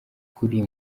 ukuri